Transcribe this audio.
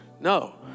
No